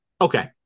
okay